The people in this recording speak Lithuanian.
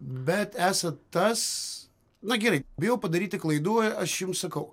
bet esat tas na gerai bijau padaryti klaidų aš jums sakau